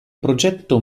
progetto